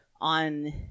on